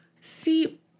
See